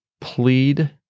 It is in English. plead